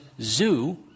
zoo